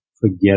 forget